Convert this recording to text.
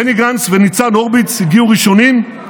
בני גנץ וניצן הורוביץ הגיעו ראשונים,